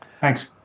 Thanks